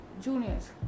juniors